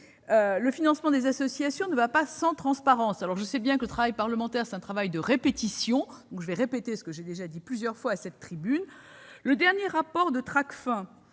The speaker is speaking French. Le financement des associations ne peut aller sans transparence. Je sais bien que le travail parlementaire est un travail de répétition ; je vais donc répéter ce que j'ai déjà dit plusieurs fois à cette tribune. Le dernier rapport de Tracfin